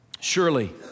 surely